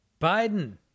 biden